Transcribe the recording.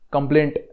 Complaint